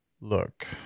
Look